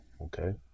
okay